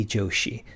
Joshi